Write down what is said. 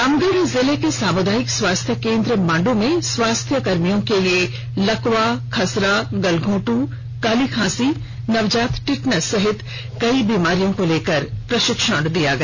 रामगढ़ जिले के सामुदायिक स्वास्थ्य केंद्र मांडू में स्वास्थ्य कर्मियों के लिए लकवा खसरा गलघोट काली खांसी नवजात टेटनस सहित कई बीमारियों को लेकर प्रशिक्षण दिया गया